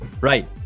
right